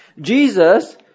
Jesus